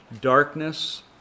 darkness